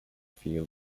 feel